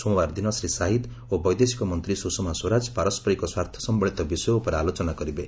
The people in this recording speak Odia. ସୋମବାର ଦିନ ଶ୍ରୀ ସାହିଦ୍ ଓ ବୈଦେଶିକ ମନ୍ତ୍ରୀ ସୁଷମା ସ୍ୱରାଜ ପାରସ୍କରିକ ସ୍ୱାର୍ଥ ସମ୍ପଳିତ ବିଷୟ ଉପରେ ଆଲୋଚନା କରିବେ